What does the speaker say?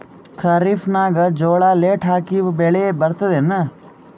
ಖರೀಫ್ ನಾಗ ಜೋಳ ಲೇಟ್ ಹಾಕಿವ ಬೆಳೆ ಬರತದ ಏನು?